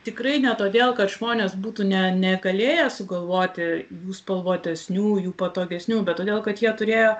tikrai ne todėl kad žmonės būtų ne negalėję sugalvoti jų spalvotesnių jų patogesnių bet todėl kad jie turėjo